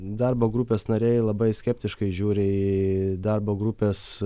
darbo grupės nariai labai skeptiškai žiūri į darbo grupės